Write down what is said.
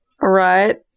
Right